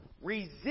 Resist